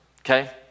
okay